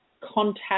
contact